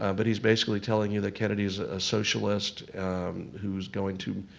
um but he's basically telling you that kennedy's a socialist who's going to,